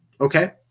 Okay